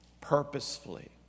purposefully